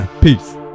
peace